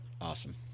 Awesome